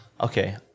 Okay